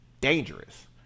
dangerous